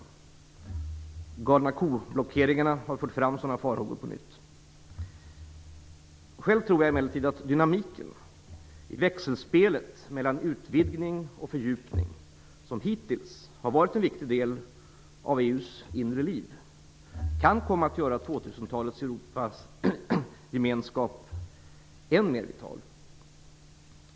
Blockeringarna i samband med "galna ko-sjukan" har fört fram sådana farhågor på nytt. Själv tror jag emellertid att dynamiken i växelspelet mellan utvidgning och fördjupning, som hittills har varit en viktig del av EU:s inre liv, kan komma att göra gemenskapen i 2000-talets Europa än mer vital.